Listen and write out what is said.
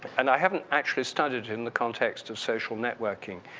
and i haven't actually studied in the context of social networking,